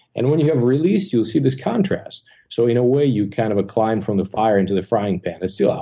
and when you have release, you will see this contrast. so in a way, you kind of climb from the fire into the frying pan. it's still hot,